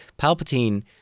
Palpatine